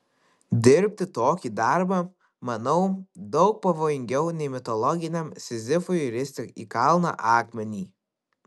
dirbti tokį darbą manau daug pavojingiau nei mitologiniam sizifui risti į kalną akmenį